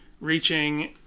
reaching